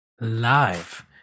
live